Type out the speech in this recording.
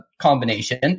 combination